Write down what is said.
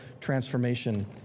transformation